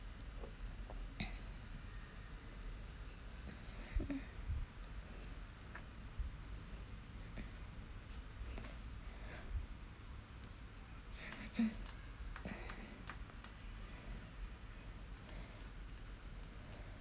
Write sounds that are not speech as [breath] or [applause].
mm [breath]